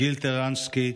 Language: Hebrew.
גלי טרשנסקי,